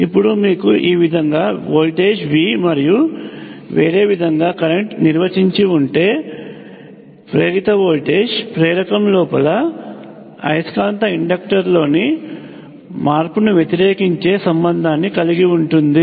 ఇప్పుడు మీకు ఈ విధంగా V వోల్టేజ్ మరియు వేరేవిధంగా కరెంట్ నిర్వచించి ఉంటే ప్రేరిత వోల్టేజ్ ప్రేరకం లోపల అయస్కాంత ఇండక్టర్ లోని మార్పును వ్యతిరేకించే సంబంధాన్ని కలిగి ఉంటుంది